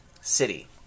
City